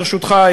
ברשותך,